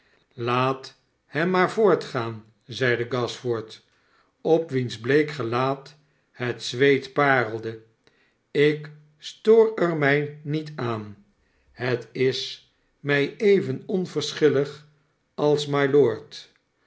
laat hem maar voortgaan zeide gashford op wiens bleekgelaat het zweet parelde ik stoor er mij niet aan het is mij even onverschillig als mylord